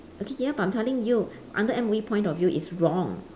okay ya but I'm telling you under M_O_E point of view it's wrong